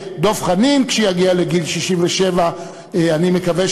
המלחמות/ יילחמו אותן שוב/ היונה הקדושה/ היא